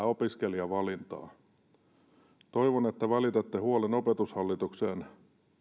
opiskelijavalintaa toivon että välitätte huolen opetushallitukseen